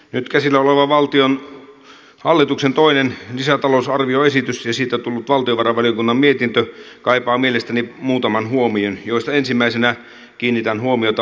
nyt käsillä oleva hallituksen toinen lisätalousarvioesitys ja siitä tullut valtiovarainvaliokunnan mietintö kaipaavat mielestäni muutaman huomion joista ensimmäisenä kiinnitän huomiota valtion velanottoon